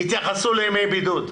תתייחסו לימי בידוד.